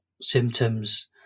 symptoms